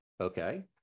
Okay